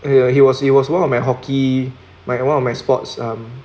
yeah he was he was one of my hockey my one of my sports um